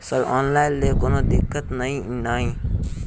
Sir online लैल कोनो दिक्कत न ई नै?